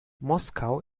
moskau